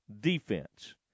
defense